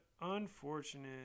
Unfortunate